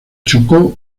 chocó